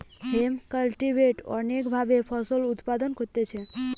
hemp cultivate অনেক ভাবে ফসল উৎপাদন করতিছে